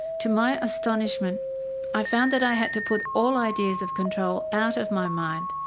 to my astonishment i found that i had to put all ideas of control out of my mind,